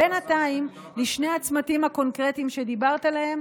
בינתיים, לשני הצמתים הקונקרטיים שדיברת עליהם,